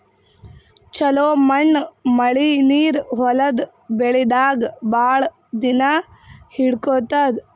ಛಲೋ ಮಣ್ಣ್ ಮಳಿ ನೀರ್ ಹೊಲದ್ ಬೆಳಿದಾಗ್ ಭಾಳ್ ದಿನಾ ಹಿಡ್ಕೋತದ್